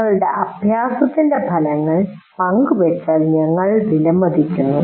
നിങ്ങളുടെ അഭ്യാസത്തിന്റെ ഫലങ്ങൾ പങ്കുവച്ചാൽ ഞങ്ങൾ വിലമതിക്കുന്നു